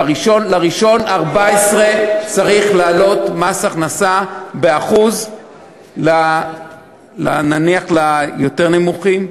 ב-1 בינואר 2014 צריך לעלות מס הכנסה ב-1% לבעלי המשכורות היותר נמוכות,